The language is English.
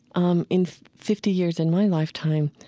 um in fifty years in my lifetime,